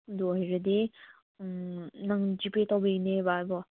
ꯑꯗꯨ ꯑꯣꯏꯔꯗꯤ ꯅꯪ ꯖꯤ ꯄꯦ ꯇꯧꯕꯤꯒꯅꯦꯕ ꯍꯥꯏꯕ꯭ꯔꯣ